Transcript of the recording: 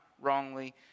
wrongly